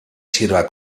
sirva